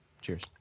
Cheers